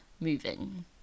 moving